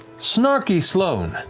snarkysloane.